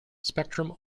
spectrum